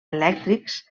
elèctrics